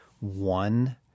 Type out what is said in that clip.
one